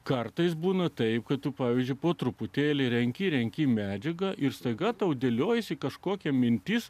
kartais būna taip kad pavyzdžiui po truputėlį renki renki medžiagą ir staiga tau dėliojasi kažkokia mintis